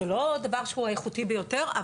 זה לא דבר שהוא האיכותי ביותר,